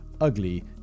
ugly